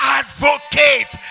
advocate